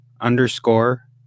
underscore